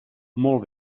molt